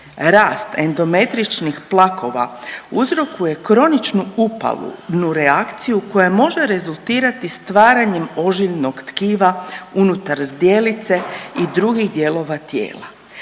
rast endometričnih plakova uzrokuje kroničnu upalu nureakciju koja može rezultirati stvaranjem ožiljnog tkiva unutar zdjelice i drugih dijelova tijela.